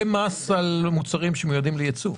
ומס לגבי מוצרים שמיועדים לייצוא?